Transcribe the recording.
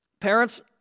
Parents